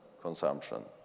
consumption